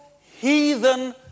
heathen